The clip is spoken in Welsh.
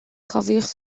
cofiwch